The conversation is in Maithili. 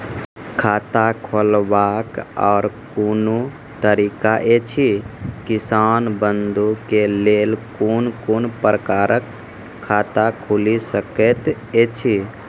खाता खोलवाक आर कूनू तरीका ऐछि, किसान बंधु के लेल कून कून प्रकारक खाता खूलि सकैत ऐछि?